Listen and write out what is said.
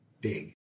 big